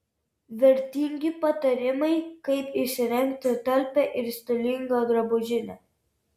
vertingi patarimai kaip įsirengti talpią ir stilingą drabužinę